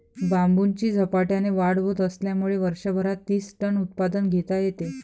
बांबूची झपाट्याने वाढ होत असल्यामुळे वर्षभरात तीस टन उत्पादन घेता येते